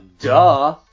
duh